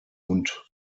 und